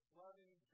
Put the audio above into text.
loving